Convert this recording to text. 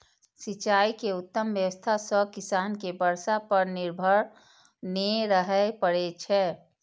सिंचाइ के उत्तम व्यवस्था सं किसान कें बर्षा पर निर्भर नै रहय पड़ै छै